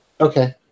Okay